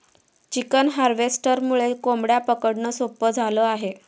chicken हार्वेस्टरमुळे कोंबड्या पकडणं सोपं झालं आहे